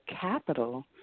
capital